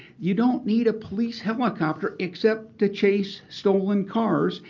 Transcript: you don't need a police helicopter except to chase stolen cars.